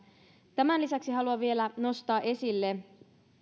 tämän lisäksi haluan vielä nostaa esille